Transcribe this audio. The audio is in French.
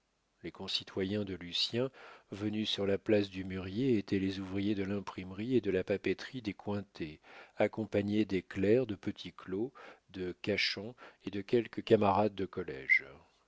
les concitoyens de lucien venus sur la place du mûrier étaient les ouvriers de l'imprimerie et de la papeterie des cointet accompagnés des clercs de petit claud de cachan et de quelques camarades de collége